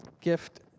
Gift